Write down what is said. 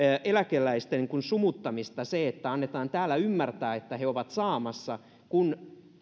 eläkeläisten sumuttamista se että annetaan täällä ymmärtää että he ovat saamassa kun